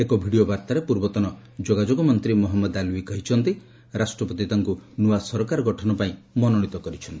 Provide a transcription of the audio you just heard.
ଏକ ଭିଡ଼ଓ ବାର୍ତ୍ତାରେ ପୂର୍ବତନ ଯୋଗାଯୋଗ ମନ୍ତ୍ରୀ ମହମ୍ମଦ ଆଲୱ୍ୱି କହିଛନ୍ତି ରାଷ୍ଟ୍ରପତି ତାଙ୍କୁ ନୂଆ ସରକାର ଗଠନ ପାଇଁ ମନୋନୀତ କରିଛନ୍ତି